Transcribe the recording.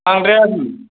बांद्राया बेयो